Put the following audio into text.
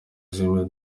zimwe